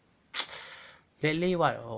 maybe what oh